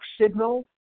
signal